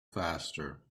faster